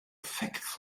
facts